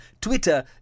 Twitter